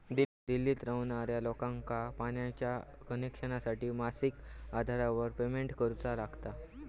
दिल्लीत रव्हणार्या लोकांका पाण्याच्या कनेक्शनसाठी मासिक आधारावर पेमेंट करुचा लागता